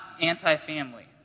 anti-family